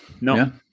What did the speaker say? No